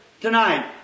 tonight